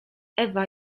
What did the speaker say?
ewa